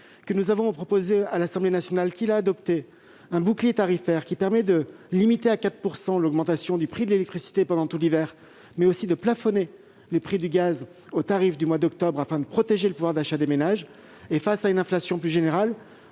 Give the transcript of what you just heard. Nous avons ensuite proposé à l'Assemblée nationale, qui l'a adopté, un bouclier tarifaire permettant de limiter à 4 % l'augmentation du prix de l'électricité pendant tout l'hiver, mais aussi de plafonner les prix du gaz au tarif du mois d'octobre, afin de protéger le pouvoir d'achat des ménages. Enfin, face à une inflation plus générale,